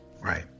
right